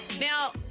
Now